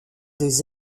des